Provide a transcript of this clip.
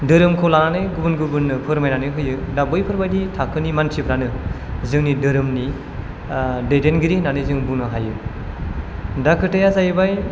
धोरोमखौ लानानै गुबुन गुबुननो फोरमायनानै होयो दा बैफोर बादि थाखोनि मानसिफ्रानो जोंनि धोरोमनि दैदेनगिरि होनानै जों बुंनो हायो दा खोथाया जाहैबाय